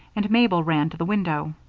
and mabel ran to the window.